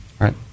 Right